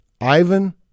Ivan